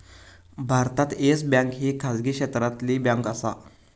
भारतात Yes Bank ही खाजगी क्षेत्रातली बँक आसा